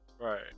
Right